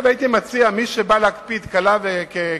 לכן, הייתי מציע שמי שבא להקפיד בקלה כבחמורה